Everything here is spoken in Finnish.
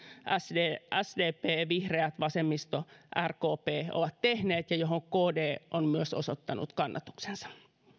sdp vihreät vasemmisto rkp ovat tehneet ja mille myös kd on osoittanut kannatuksensa